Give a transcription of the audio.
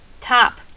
Top